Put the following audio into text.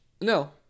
No